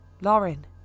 Lauren